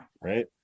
right